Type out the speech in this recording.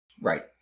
Right